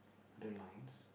the lines